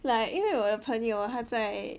like 因为我的朋友他在